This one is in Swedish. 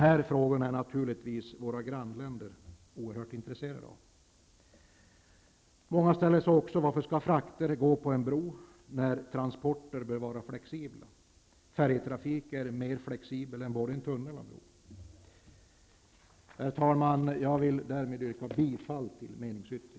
Våra grannländer är naturligtvis oerhört intresserade av dessa frågor. Många ställer sig också frågan varför frakter skall gå på en bro när transporter bör vara flexibla. Färjetrafik är mer flexibel än både en tunnel och en bro. Herr talman! Därmed vill jag yrka bifall till meningsyttringen.